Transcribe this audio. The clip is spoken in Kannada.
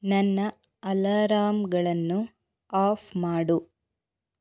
ನನ್ನ ಅಲಾರಾಂಗಳನ್ನು ಆಫ್ ಮಾಡು